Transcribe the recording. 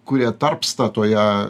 kurie tarpsta toje